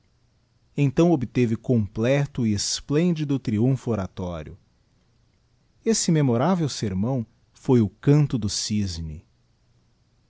então obteve completo e explendido triumpho oratório esse memorável sermão foi o canto do